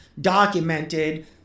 documented